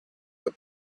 the